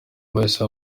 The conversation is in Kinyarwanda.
bahise